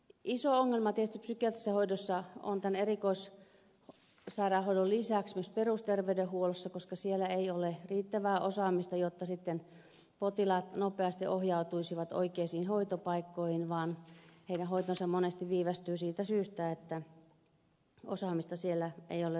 iso ongelma tietysti psykiatrisessa hoidossa on tämän erikoissairaanhoidon lisäksi myös perusterveydenhuollossa koska siellä ei ole riittävää osaamista jotta potilaat nopeasti ohjautuisivat oikeisiin hoitopaikkoihin vaan heidän hoitonsa monesti viivästyy siitä syystä että osaamista siellä ei ole riittävästi